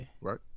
Right